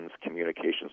communications